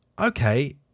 okay